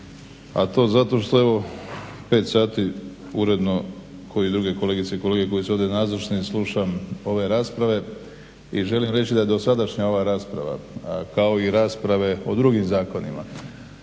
i druge kolegice i kolege koji su ovdje nazočni slušam ove rasprave i želim reći da dosadašnja ova rasprava kao i rasprave o drugim zakonima